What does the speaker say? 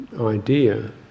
idea